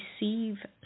receive